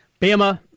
Bama